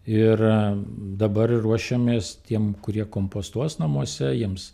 ir dabar ruošiamės tiem kurie kompostuos namuose jiems